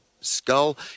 skull